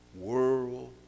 World